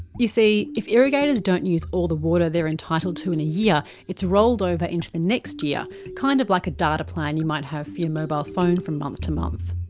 you see, if irrigators don't use all the water they're entitled to in a year it's rolled over to the next year kind of like a data plan you might have for your mobile phone from month to month.